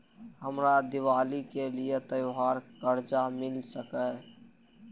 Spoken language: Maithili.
हमरा दिवाली के लिये त्योहार कर्जा मिल सकय?